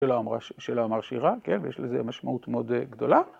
‫של האמר שירה, ‫ויש לזה משמעות מאוד גדולה.